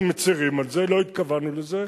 אנחנו מצרים על זה, לא התכוונו לזה.